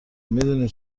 میدونی